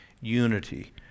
unity